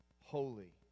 holy